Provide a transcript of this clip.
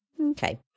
Okay